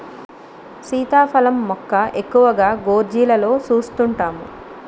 సీతాఫలం మొక్క ఎక్కువగా గోర్జీలలో సూస్తుంటాము